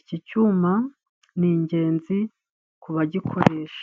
Iki cyuma ni ingenzi ku bagikoresha.